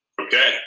Okay